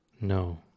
No